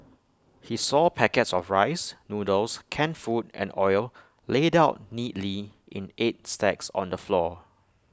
he saw packets of rice noodles canned food and oil laid out neatly in eight stacks on the floor